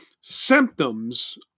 symptoms